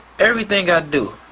everything i do,